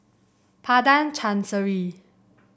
Padang Chancery